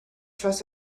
trust